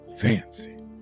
fancy